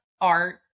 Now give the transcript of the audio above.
art